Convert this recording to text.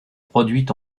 produit